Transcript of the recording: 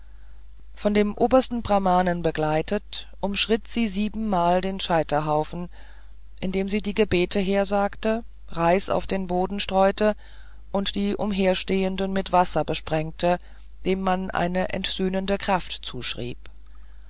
von dem obersten brahmanen begleitet umschritt sie siebenmal den scheiterhaufen indem sie die gebete hersagte reis auf den boden streute und die umherstehenden mit wasser besprengte dem man eine entsühnende kraft zuschrieb